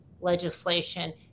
legislation